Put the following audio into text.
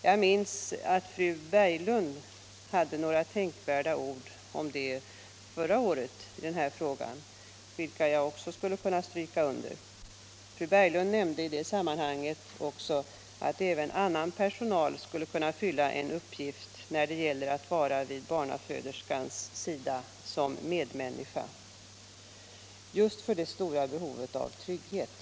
Jag minns att fru Berglund sade några tänkvärda ord om detta förra året när vi behandlade denna fråga. Fru Berglund nämnde i det sammanhanget också att även annan personal skulle kunna fylla en uppgift när det gäller att vara vid barnaföderskans sida som medmänniska, just på grund av det stora behovet av trygghet.